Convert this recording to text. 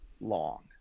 long